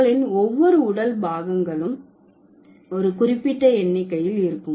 உங்களின் ஒவ்வொரு உடல் பாகங்களும் ஒரு குறிப்பிட்ட எண்ணிக்கையில் இருக்கும்